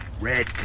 Red